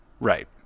right